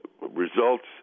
results